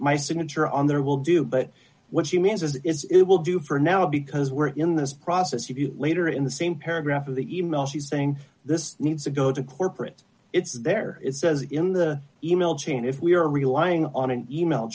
my signature on there will do but what she means is it will do for now because we're in this process you later in the same paragraph of the e mail she's saying this needs to go to corporate it's there it says in the e mail chain if we are relying on an e mail